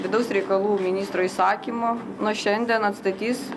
vidaus reikalų ministro įsakymu nuo šiandien atstatys